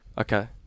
Okay